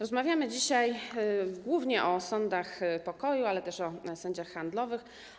Rozmawiamy dzisiaj głównie o sądach pokoju, a także o sędziach handlowych.